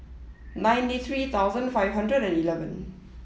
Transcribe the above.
ninety three thousand five hundred and eleven